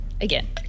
Again